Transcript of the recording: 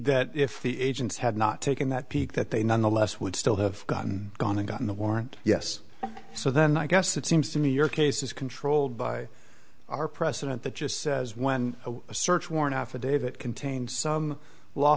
that if the agents had not taken that peek that they nonetheless would still have gotten gone and gotten the warrant yes so then i guess it seems to me your case is controlled by our precedent that just says when a search warrant affidavit contains some law